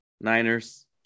Niners